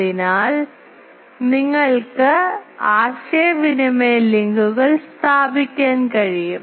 അതിനാൽ നിങ്ങൾക്ക് ആശയവിനിമയ ലിങ്കുകൾ സ്ഥാപിക്കാൻ കഴിയും